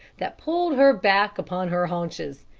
that pulled her back upon her haunches,